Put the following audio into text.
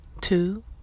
Two